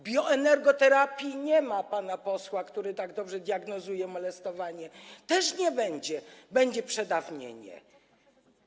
Bioenergoterapii - nie ma pana posła, który tak dobrze diagnozuje molestowanie - też nie będzie, będzie przedawnienie.